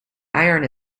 iron